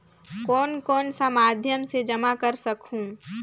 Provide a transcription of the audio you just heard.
कौन कौन सा माध्यम से जमा कर सखहू?